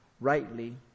rightly